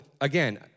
again